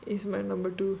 is my number two